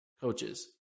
coaches